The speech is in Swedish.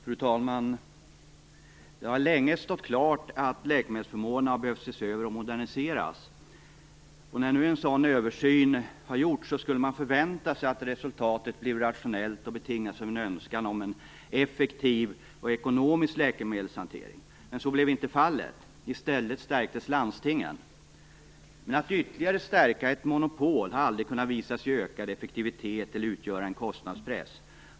Fru talman! Det har länge stått klart att läkemedelsförmånerna har behövt ses över och moderniseras. När nu en sådan översyn gjorts skulle man ha förväntat sig att resultatet blivit rationellt och betingats av en önskan om en effektiv och ekonomisk läkemedelshantering. Så blev inte fallet. I stället stärks landstingen. Men att ytterligare stärka ett monopol har aldrig kunnat visa ge ökad effektivitet eller utgöra en kostnadspress.